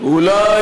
אל תגיד לי, אולי,